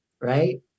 right